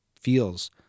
feels